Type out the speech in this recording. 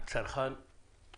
הצרכן הוא